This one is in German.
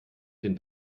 den